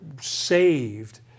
saved